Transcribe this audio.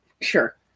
Sure